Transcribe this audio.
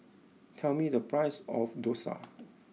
tell me the price of Dosa